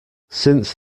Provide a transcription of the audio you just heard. since